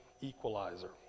equalizer